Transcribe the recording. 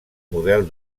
model